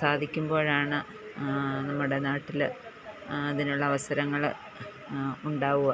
സാധിക്കുമ്പോഴാണ് നമ്മുടെ നാട്ടിൽ അതിനുള്ള അവസരങ്ങൾ ഉണ്ടാകുക